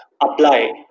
apply